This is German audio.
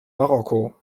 marokko